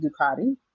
Ducati